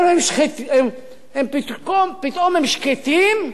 נו, פתאום הם שקטים,